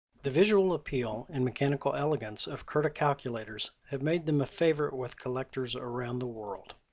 the visual appeal and mechanical elegance of curta calculators have made them a favorite with collectors around the world.